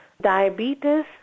Diabetes